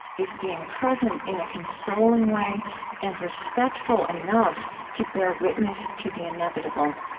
is being present in a consoling way and respectful enough to bear witness to the inevitable.